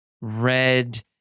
red